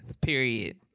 period